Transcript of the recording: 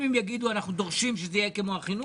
אם הם יגידו שהם דורשים שזה יהיה כמו החינוך